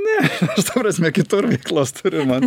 ne aš ta prasme kitur veiklos turiu man